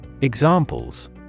Examples